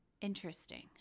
Interesting